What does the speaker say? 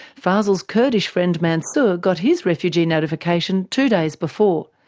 fazel's kurdish friend mansour got his refugee notification two days before,